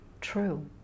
true